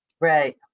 Right